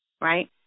right